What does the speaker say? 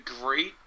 great